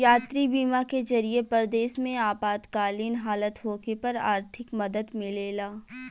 यात्री बीमा के जरिए परदेश में आपातकालीन हालत होखे पर आर्थिक मदद मिलेला